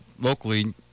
locally